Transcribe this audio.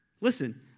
listen